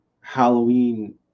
Halloween